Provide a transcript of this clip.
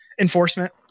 Enforcement